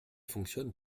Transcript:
fonctionne